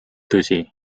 tõsi